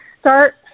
start